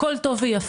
הכול טוב ויפה.